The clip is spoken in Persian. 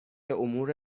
امور